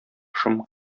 шом